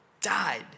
Died